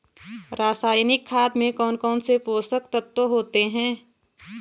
रासायनिक खाद में कौन कौन से पोषक तत्व होते हैं?